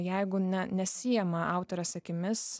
jeigu ne nesiema autorės akimis